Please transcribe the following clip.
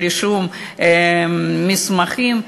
ברישום מסמכים,